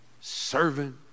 servant